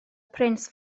price